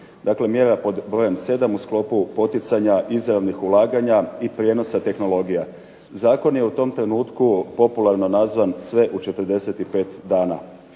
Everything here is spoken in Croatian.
Dakle, mjera pod brojem 7. u sklopu poticanja izravnih ulaganja i prijenosa tehnologija. Zakon je u tom trenutku popularno nazvan "sve u 45 dana".